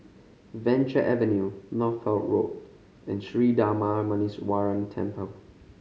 Venture Avenue Northolt Road and Sri Darma Muneeswaran Temple